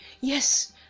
Yes